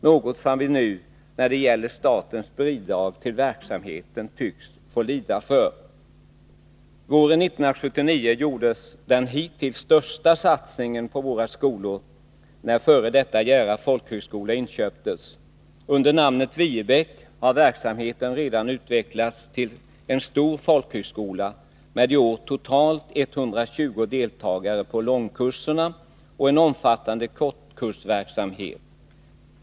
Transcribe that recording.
Något som vi nu, när det gäller statens bidrag till verksamheten, tycks få lida för. Våren 1979 gjordes den hittills största satsningen på våra skolor när f. d. Jära folkhögskola inköptes. Under namnet Viebäck har verksamheten redan utvecklats till en stor folkhögskola med i år totalt 120 deltagare på långkurserna och en omfattande kortkursverksamhet.